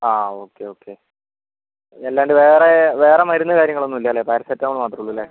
ആ okay okay ഇതല്ലാണ്ട് വേറെ വേറെ മരുന്ന് കാര്യങ്ങൾ ഒന്നുമില്ല അല്ലേ പാരസെറ്റമോൾ മാത്രമേ ഉള്ളൂ അല്ലേ